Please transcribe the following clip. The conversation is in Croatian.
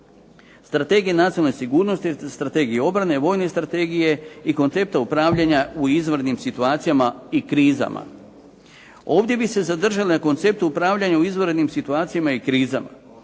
Strategija nacionalne sigurnosti, Strategija obrane, vojne strategije i koncepta upravljanja u izvanrednim situacijama i krizama. Ovdje bih se zadržao na konceptu upravljanja u izvanrednim situacijama i krizama.